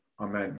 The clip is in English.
amen